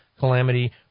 calamity